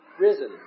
risen